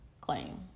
claim